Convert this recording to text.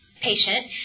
patient